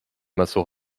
massot